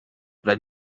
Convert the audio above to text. but